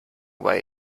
way